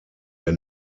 der